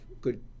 good